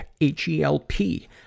H-E-L-P